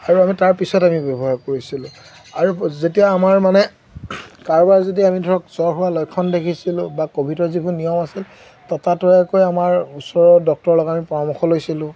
আৰু আমি তাৰপিছত আমি ব্যৱহাৰ কৰিছিলোঁ আৰু যেতিয়া আমাৰ মানে কাৰোবাৰ যদি আমি ধৰক জ্বৰ হোৱা লক্ষণ দেখিছিলোঁ বা ক'ভিডৰ যিবোৰ নিয়ম আছিল ততাতৈয়াকৈ আমাৰ ওচৰৰ ডক্টৰৰ লগত আমি পৰামৰ্শ লৈছিলোঁ